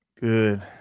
Good